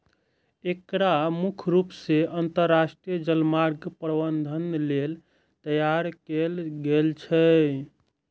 एकरा मुख्य रूप सं अंतरराष्ट्रीय जलमार्ग प्रबंधन लेल तैयार कैल गेल छै